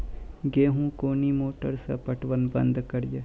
गेहूँ कोनी मोटर से पटवन बंद करिए?